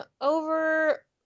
over